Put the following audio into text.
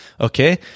Okay